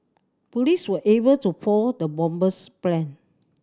police were able to foil the bomber's plan